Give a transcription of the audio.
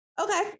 Okay